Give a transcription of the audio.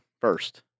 first